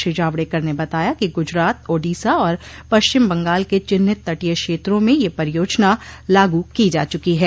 श्री जावड़ेकर ने बताया कि गुजरात ओडीसा और पश्चिम बंगाल के चिन्हित तटीय क्षेत्रों में ये परियोजना लागू की जा चुकी है